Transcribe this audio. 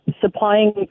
supplying